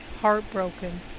heartbroken